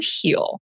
heal